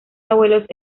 abuelos